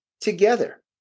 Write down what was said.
together